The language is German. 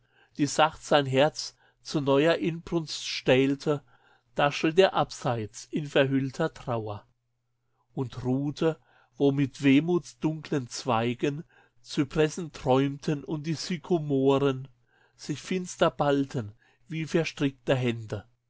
die sacht sein herz zu neuer inbrunst stählte da schritt er abseits in verhüllter trauer und ruhte wo mit wehmutsdunklen zweigen zypressen träumten und die sykomoren sich finster ballten wie verstrickte hände